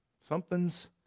Something's